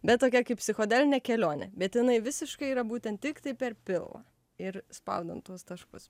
bet tokia kaip psichodelinė kelionė bet jinai visiškai yra būtent tiktai per pilvą ir spaudant tuos taškus